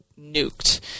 nuked